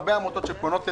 הרבה עמותות שפונות אלינו,